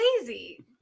lazy